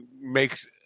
makes